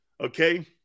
Okay